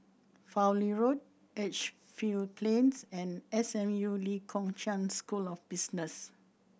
Fowlie Road Edgefield Plains and S M U Lee Kong Chian School of Business